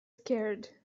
scared